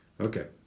Okay